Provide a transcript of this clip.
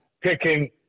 picking